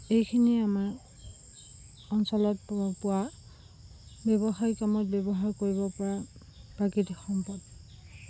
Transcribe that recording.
এইখিনিয়ে আমাৰ অঞ্চলত পো পোৱা ব্যৱসায়িক কামত ব্যৱহাৰ কৰিব পৰা প্ৰাকৃতিক সম্পদ